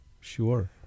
sure